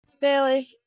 Bailey